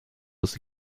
was